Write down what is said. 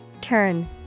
Turn